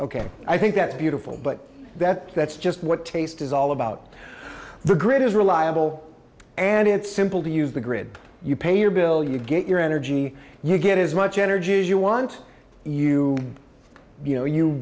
ok i think that's beautiful but that that's just what taste is all about the grid is reliable and it's simple to use the grid you pay your bill you get your energy you get as much energy as you want you you know you